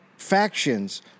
Factions